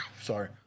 Sorry